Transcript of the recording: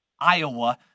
Iowa